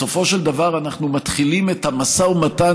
בסופו של דבר אנחנו מתחילים את המשא ומתן,